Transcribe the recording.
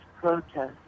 protests